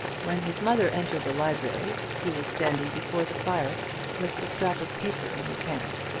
when his mother entered the library he was standing before the fire with a scrap of paper in his hand.